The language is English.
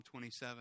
27